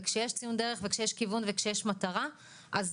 וכשיש ציון דרך וכשיש כיוון וכשיש מטרה אז